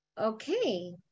Okay